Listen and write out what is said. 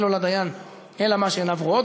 אין לו לדיין אלא מה שעיניו רואות,